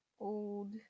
old